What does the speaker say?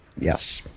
Yes